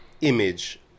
image